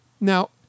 Now